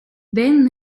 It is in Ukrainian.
день